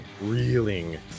reeling